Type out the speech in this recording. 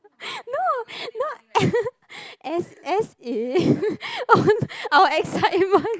no not as as in our own excitement